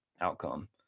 outcome